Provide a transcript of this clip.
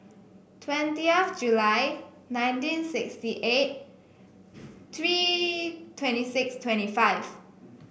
twentieth July nineteen sixty eight three twenty six twenty five